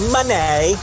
Money